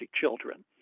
children